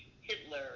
Hitler